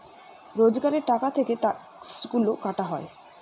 রোজগারের টাকা থেকে ট্যাক্সগুলা কাটা হয়